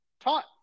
taught